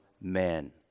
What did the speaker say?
men